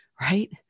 right